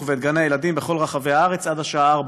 ואת גני-הילדים בכל רחבי הארץ עד השעה 16:00,